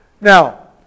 Now